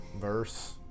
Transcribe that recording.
verse